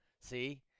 see